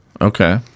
Okay